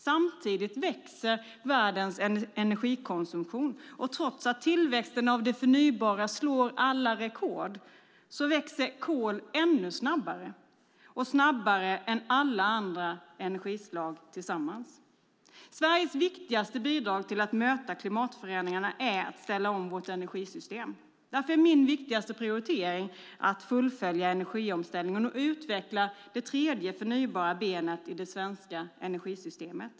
Samtidigt växer världens energikonsumtion, och trots att tillväxten av det förnybara slår alla rekord växer kol ännu snabbare, och snabbare än alla andra energislag tillsammans. Sveriges viktigaste bidrag till att möta klimatförändringarna är att ställa om vårt energisystem. Därför är min viktigaste prioritering att fullfölja energiomställningen och att utveckla det tredje förnybara benet i det svenska energisystemet.